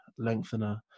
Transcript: lengthener